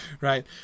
Right